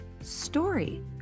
story